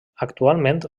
actualment